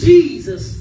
Jesus